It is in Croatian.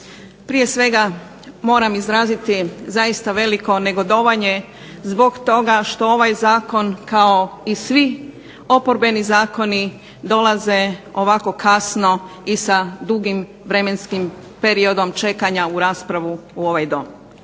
Prije svega moram izraziti zaista veliko negodovanje zbog toga što ovaj zakon kao i svi oporbeni zakoni dolaze ovako kasno i sa dugim vremenskim periodom čekanja na raspravu u ovaj Dom.